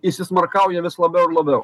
įsismarkauja vis labiau ir labiau